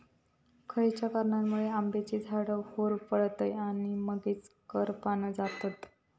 खयच्या कारणांमुळे आम्याची झाडा होरपळतत आणि मगेन करपान जातत?